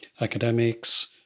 academics